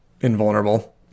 invulnerable